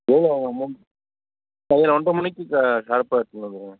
எவ்வளோ அமௌன்ட் சரியாக ஒன்ரை மணிக்கு ஷார்ப்பாக எடுத்துட்டுவாங்க